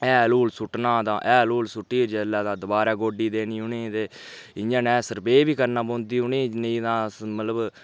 हैल हूल सुट्टना ते हैल हूल सुट्टियै जेल्लै तां दोबारे गोड्डी देनी उ'नेंगी ते इ'यां ने सरपेऽ बी करना पौंदी उ'नेंगी नेईं तां मतलब